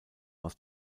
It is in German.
aus